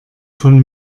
von